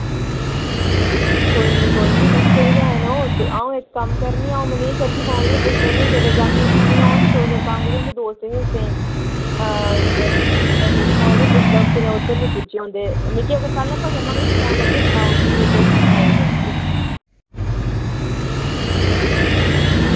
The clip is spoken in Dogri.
कोई निं कोई नईं कस्से गै न ओह् अऊं इक कम्म करनी अऊं मनीश सर कि फोन करियै पुच्छी लैन्नी आं कुतै जाकत उत्थै नि होन तुस इक कम्म करो उंदे दोस्तें दूस्तें फोन करियै पुच्छी लैओओह् कुतै उद्धर निं पुज्जे होन ते मिकी अगर पैह्लै पता चलना मैं तुसें फोन करियै सनाउड़गी फिर तुस सनाई'ड़यो मिकी